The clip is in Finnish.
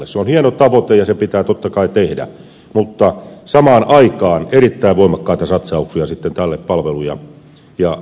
se on hieno tavoite ja se pitää totta kai tehdä mutta samaan aikaan pitää tehdä erittäin voimakkaita satsauksia tälle palvelu ja sisältöpuolelle